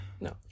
no